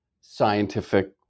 scientific